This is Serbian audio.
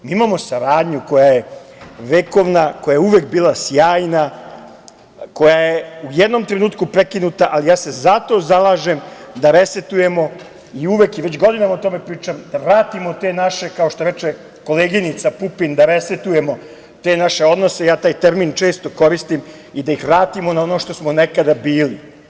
Mi imamo saradnju koja je vekovna, koja je uvek bila sjajna, koja je u jednom trenutku prekinuta, ali se zalažem da resetujemo i, godinama o tome pričam, da vratimo te naše, kao što reče koleginica Pupin, da resetujemo te naše odnose, taj termin često koristim, i da ih vratimo na ono što smo nekada bili.